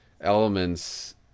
elements